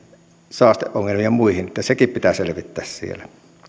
saasteongelmiin ja muihin niin että sekin pitää selvittää siellä